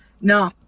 no